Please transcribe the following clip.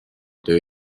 töö